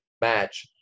match